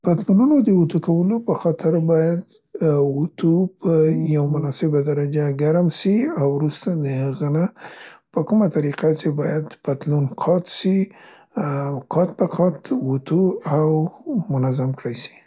پتلونونو د اوتو کول په خاطر باید اوتو په یو مناسبه درجه ګرم سي او وروسته د هغه نه په کومه طریقه څې پتلون قات سي قات قات اوتو او منظم کړای سي.